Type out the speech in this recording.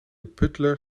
butler